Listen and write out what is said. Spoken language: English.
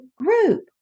group